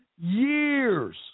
years